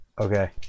Okay